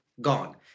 gone